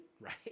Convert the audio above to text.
right